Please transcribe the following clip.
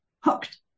hooked